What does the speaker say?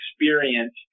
experience